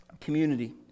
community